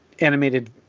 animated